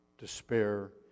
Despair